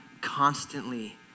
constantly